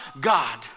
God